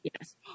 Yes